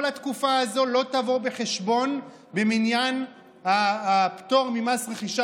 כל התקופה הזאת לא תבוא בחשבון במניין הפטור ממס רכישה